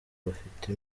bafite